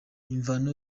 imvano